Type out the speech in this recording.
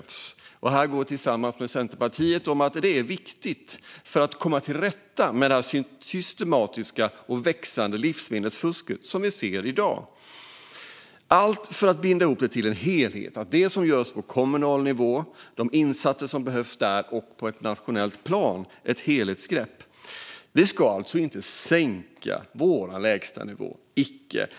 Vi går här samman med Centerpartiet. Det är viktigt att komma till rätta med det systematiska och växande livsmedelsfusket vi ser i dag. Det behöver tas ett helhetsgrepp för att se vilka insatser som behövs på kommunal nivå och på ett nationellt plan. Vi ska inte sänka vår lägstanivå - icke!